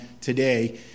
today